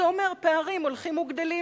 זה אומר פערים הולכים וגדלים.